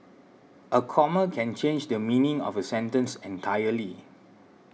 a comma can change the meaning of a sentence entirely